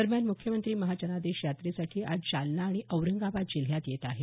दरम्यान मुख्यमंत्री महाजनादेश यात्रेसाठी आज जालना आणि औरंगाबाद जिल्ह्यात येत आहेत